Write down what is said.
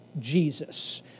Jesus